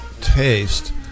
taste